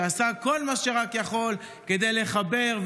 שעשה כל מה שהוא רק יכול כדי לחבר,